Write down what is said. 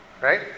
right